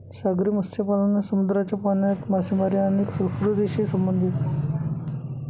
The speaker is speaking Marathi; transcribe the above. सागरी मत्स्यपालन हा समुद्राच्या पाण्यात मासेमारी आणि संस्कृतीशी संबंधित आहे